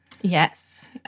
Yes